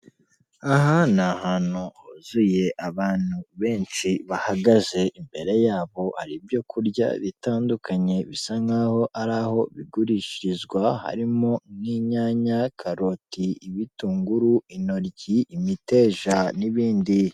Aha ni ahantu huzuye abantu benshi bahagaze imbere yabo hari ibyo kurya bitandukanye bisa nkaho ari aho bigurishirizwa harimo n'inyanya karoti, ibitunguru, intoyi, imiteja n'ibindi.